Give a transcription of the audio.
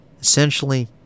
Essentially